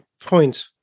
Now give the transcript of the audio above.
point